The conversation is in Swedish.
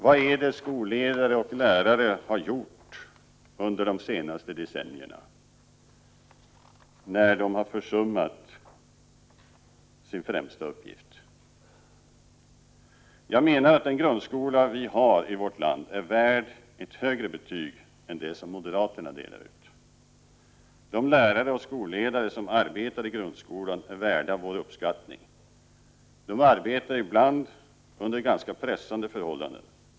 Vad är det skolledare och lärare har gjort under de senaste decennierna, när de har försummat sin främsta uppgift? Jag menar att den grundskola vi har i vårt land är värd ett högre betyg än det som moderaterna delar ut. De lärare och skolledare som arbetar i grundskolan är värda vår uppskattning. De arbetar ibland under ganska pressande förhållanden.